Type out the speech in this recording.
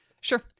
Sure